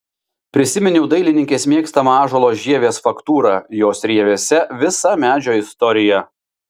prisiminiau dailininkės mėgstamą ąžuolo žievės faktūrą jos rievėse visa medžio istorija